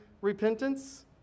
repentance